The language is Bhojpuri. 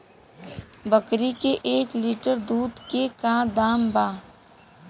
बकरी के एक लीटर दूध के का दाम बा?